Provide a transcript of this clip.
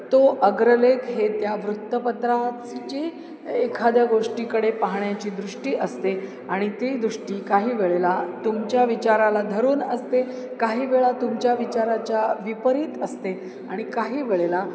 तो अग्रलेख हे त्या वृत्तपत्राची एखाद्या गोष्टीकडे पाहण्याची दृष्टी असते आणि ती दृष्टी काही वेळेला तुमच्या विचाराला धरून असते काही वेळा तुमच्या विचाराच्या विपरीत असते आणि काही वेळेला